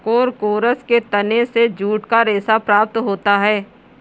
Corchorus के तने से जूट का रेशा प्राप्त होता है